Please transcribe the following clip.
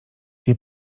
wie